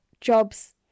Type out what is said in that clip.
jobs